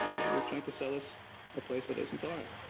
what are you trying to sell us a place that isn't ours?